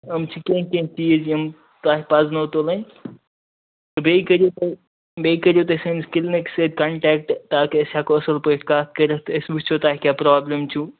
یِم چھِ کینٛہہ کینٛہہ چیٖز یِم تۄہہِ پزنو تُلٕنۍ بیٚیہٕ کرِو تُہۍ بیٚیہِ کرِو تُہۍ سٲنِس کٕلنکس سۭتۍ کنٹیکٹ تاکہِ أسۍ ہیکو اصل پٲٹھۍ کتھ کٔرِتھ أسۍ وٕچھو تۄہہِ کیٛاہ پرابلِم چھِو